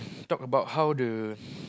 talk about how the